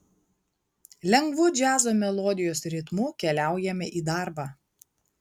lengvu džiazo melodijos ritmu keliaujame į darbą